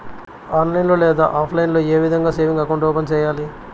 online లో లేదా offline లో ఏ విధంగా సేవింగ్ అకౌంట్ ఓపెన్ సేయాలి